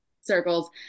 circles